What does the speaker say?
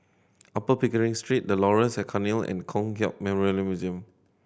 Upper Pickering Street The Laurels at Cairnhill and Kong Hiap Memorial Museum